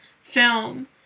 film